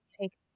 take